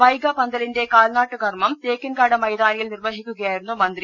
വൈഗ പന്തലിന്റെ കാൽനാ ട്ടുകർമം തേക്കിൻകാട് മൈതാനിയിൽ നിർവഹിക്കുകയായി രുന്നു മന്ത്രി